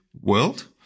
world